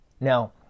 Now